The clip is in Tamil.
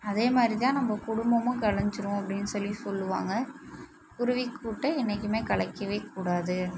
அதே மாதிரி தான் நம்ப குடும்பமும் கலஞ்சிரும் அப்படின் சொல்லி சொல்லுவாங்க குருவி கூட்டை என்னைக்குமே கலைக்கவே கூடாது